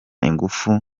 ingufu